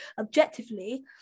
objectively